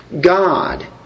God